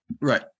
right